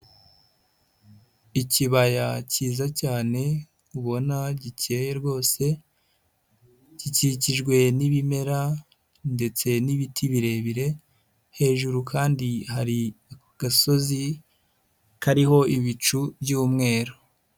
Ikibaya cyiza cyane ubona gikeye rwose, gikikijwe n'ibimera ndetse n'ibiti birebire, hejuru kandi hari agasozi kariho ibicu byumweru.